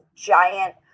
giant